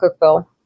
cookville